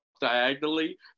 diagonally